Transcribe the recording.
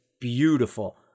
beautiful